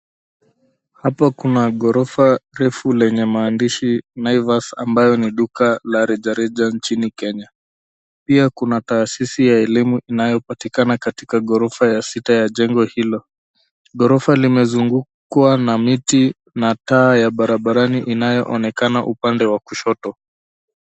Hapa kuna ghorofa refu lenye maandishi Naivas, ambayo ni duka la rejareja nchini Kenya. Pia kuna taasisi ya elimu iliyopatikana katika ghorofa ya sita ya jengo hilo. Ghorofa limezungukwa na miti na taa ya barabarani inayoonekana upande wa kushoto.